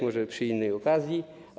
Może przy innej okazji.